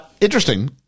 interesting